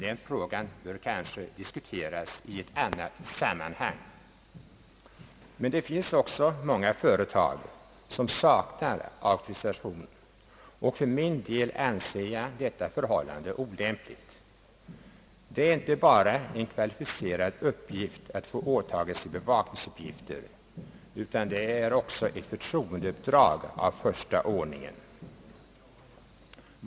Den frågan kan måhända diskuteras i annat sammanhang. Dock finns det även många företag som saknar auktorisation, och för min del anser jag detta förhållande olämpligt. Det är inte bara en kvalificerad uppgift att åtaga sig bevakning, utan det är också ett förtroendeuppdrag av första ordningen.